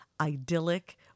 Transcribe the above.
idyllic